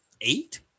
eight